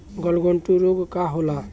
गलघोंटु रोग का होला?